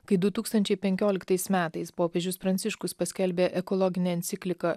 kai du tūkstančiai penkioliktais metais popiežius pranciškus paskelbė ekologinę encikliką